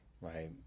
right